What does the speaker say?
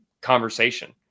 conversation